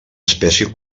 espècie